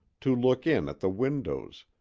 to look in at the windows,